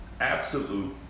absolute